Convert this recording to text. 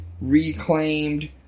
reclaimed